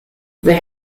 they